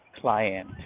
client